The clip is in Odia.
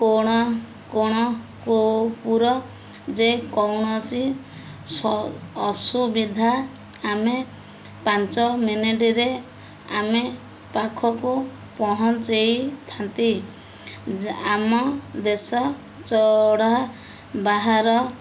କୋଣ କୋଣ ଯେକୌଣସି ଅସୁବିଧା ଆମେ ପାଞ୍ଚ ମିନିଟରେ ଆମେ ପାଖକୁ ପହଞ୍ଚାଇଥାନ୍ତି ଆମ ଦେଶ ଚଢ଼ା ବାହାର